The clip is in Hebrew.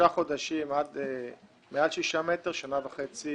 שישה חודשים מעל שישה מטר ושנה וחצי